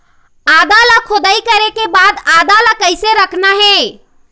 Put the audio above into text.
आदा ला खोदाई करे के बाद आदा ला कैसे रखना हे?